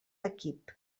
equip